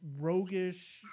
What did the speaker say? roguish